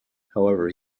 however